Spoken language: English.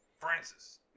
Francis